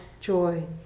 joy